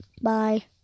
Bye